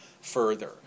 further